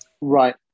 Right